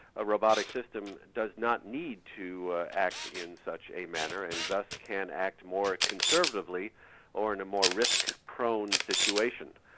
a robotic system does not need to act in such a manner and thus can act more conservatively or in a more risk-prone situation.